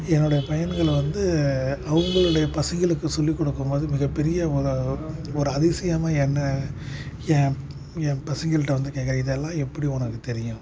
என்னுடைய பையன்களை வந்து அவங்களுடைய பசங்களுக்கு சொல்லி கொடுக்கும்போது மிகப் பெரிய ஒரு ஒரு அதிசயமாக என்னை என் என் பசங்கள்கிட்ட வந்து கேட்குறேன் இதெலாம் எப்படி உனக்கு தெரியும்